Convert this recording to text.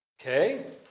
Okay